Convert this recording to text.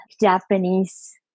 Japanese